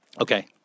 Okay